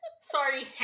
sorry